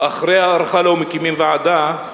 אחרי הארכה לא מקימים ועדה,